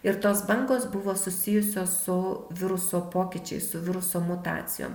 ir tos bangos buvo susijusios su viruso pokyčiais su viruso mutacijom